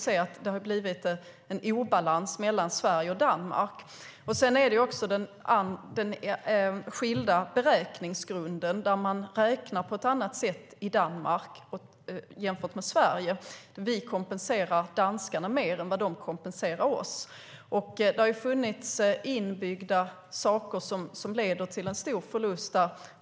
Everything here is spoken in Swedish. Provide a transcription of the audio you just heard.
Det har blivit en obalans mellan Sverige och Danmark. Det handlar också om den skilda beräkningsgrunden där man räknar på ett annat sätt i Danmark jämfört med i Sverige. Vi kompenserar danskarna mer än vad de kompenserar oss. Det har funnits inbyggda saker som leder till en stor förlust.